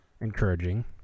encouraging